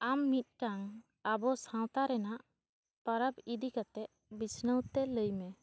ᱟᱢ ᱢᱤᱫᱴᱟᱝ ᱟᱵᱚ ᱥᱟᱶᱛᱟ ᱨᱮᱱᱟᱜ ᱯᱟᱨᱟᱵᱽ ᱤᱫᱤ ᱠᱟᱛᱮᱜ ᱵᱤᱪᱷᱱᱟᱹᱣ ᱛᱮ ᱞᱟᱹᱭ ᱢᱮ